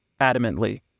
adamantly